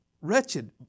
wretched